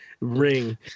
ring